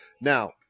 Now